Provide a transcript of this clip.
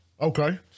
Okay